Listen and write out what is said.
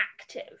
active